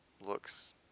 looks